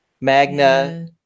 Magna